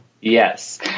Yes